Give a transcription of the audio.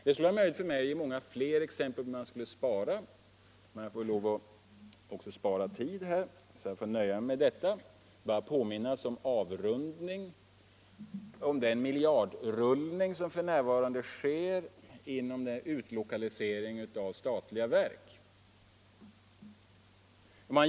Det skulle vara möjligt att ange många fler möjligheter till besparingar, men jag måste spara tid och får nöja mig med detta. Jag får påminna, som avrundning, om den miljardrullning som f.n. sker genom utlokaliseringen av offentliga myndigheter.